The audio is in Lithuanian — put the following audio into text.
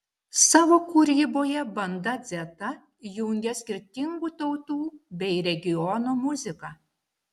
savo kūryboje banda dzeta jungia skirtingų tautų bei regionų muziką